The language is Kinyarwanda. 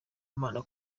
imana